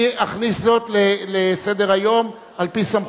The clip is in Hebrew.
אני אכניס זאת לסדר-היום על-פי סמכותי.